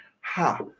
Ha